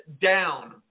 down